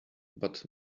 but